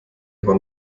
aber